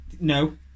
No